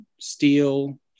steel